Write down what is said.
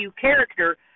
character